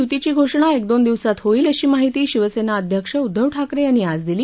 युतीची घोषणा एक दोन दिवसात होईल अशी माहिती शिवसत्ता अध्यक्ष उद्दव ठाकरच्यांनी आज दिली